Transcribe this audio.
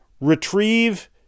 retrieve